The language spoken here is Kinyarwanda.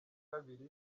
kabiri